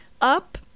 Up